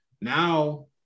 now